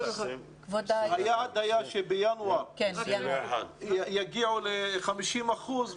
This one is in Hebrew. אמרו שבינואר 2021 יגיעו ל-50 אחוזים.